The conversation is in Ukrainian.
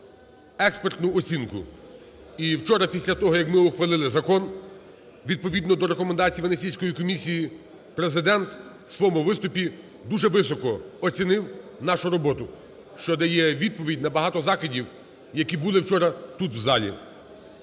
експертну оцінку. І вчора після того, як ми ухвалили закон відповідно до Рекомендацій Венеційської комісії, Президент у своєму виступі дуже високо оцінив нашу роботу, що дає відповідь на багато закидів, які були вчора тут у залі.